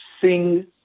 sing